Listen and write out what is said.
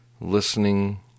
listening